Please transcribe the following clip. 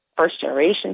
first-generation